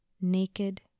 naked